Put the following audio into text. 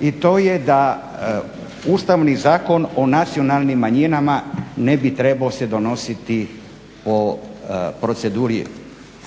i to je da Ustavni zakon o nacionalnim manjinama ne bi trebao se donositi po proceduri